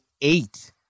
eight